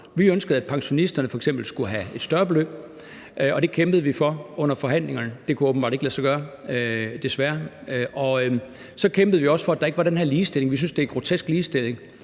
Vi ønskede, at pensionisterne f.eks. skulle have et større beløb, og det kæmpede vi for under forhandlingerne. Det kunne åbenbart ikke lade sig gøre, desværre. Så kæmpede vi også for, at der ikke var den her ligestilling. Vi synes, det er en grotesk ligestilling